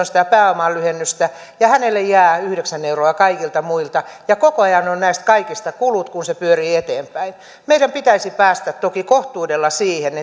sitä pääoman lyhennystä ja hänelle jää yhdeksän euroa kaikilta muilta ja koko ajan on näistä kaikista kulut kun se pyörii eteenpäin meidän pitäisi päästä toki kohtuudella siihen